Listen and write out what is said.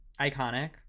Iconic